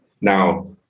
Now